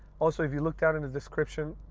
also, if you look down in the description,